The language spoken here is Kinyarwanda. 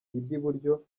byaduhaye